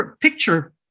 picture